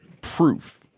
proof